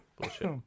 bullshit